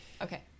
Okay